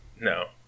No